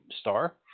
star